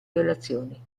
relazioni